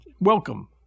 Welcome